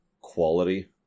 quality